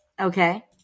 Okay